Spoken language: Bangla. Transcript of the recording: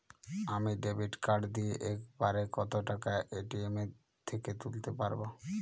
আমি ডেবিট কার্ড দিয়ে এক বারে কত টাকা এ.টি.এম থেকে তুলতে পারবো?